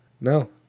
No